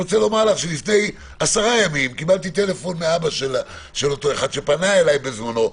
ולפני עשרה ימים התקשר אליי האבא של אותו בחור,